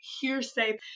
hearsay